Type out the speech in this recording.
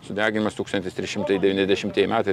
sudeginimas tūkstantis trys šimtai devyniasdešimtieji metai